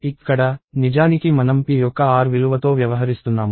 ఇక్కడ నిజానికి మనం p యొక్క r విలువతో వ్యవహరిస్తున్నాము